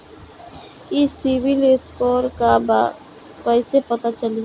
ई CIBIL score का बा कइसे पता चली?